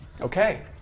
okay